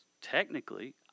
technically